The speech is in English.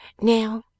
Now